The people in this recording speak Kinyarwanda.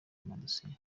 madosiye